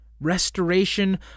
restoration